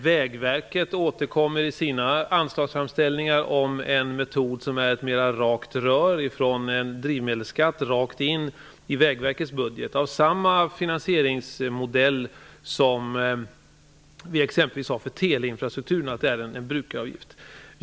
Vägverket återkommer i sina anslagsframställningar om en metod som mer innebär ett rakt rör, en drivmedelskraft, in i Vägverkets budget. Det är samma finansieringsmodell som vi exempelvis har för teleinfrastrukturen, dvs. en brukaravgift.